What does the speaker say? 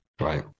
Right